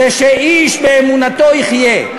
זה שאיש באמונתו יחיה.